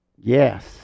Yes